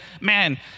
man